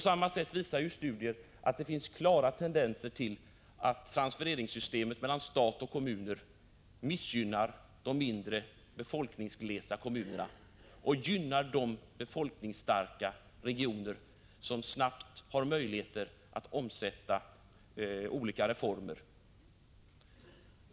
Studier visar också att det finns klara tendenser till att systemet för transfereringar mellan stat och kommun missgynnar de mindre, befolkningsglesa kommunerna och gynnar de befolkningsstarka regioner som snabbt har möjligheter att omsätta olika reformer.